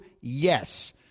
Yes